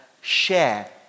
share